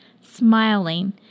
smiling